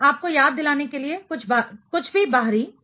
बस आपको याद दिलाने के लिए कुछ भी बाहरी